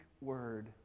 word